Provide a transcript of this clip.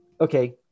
Okay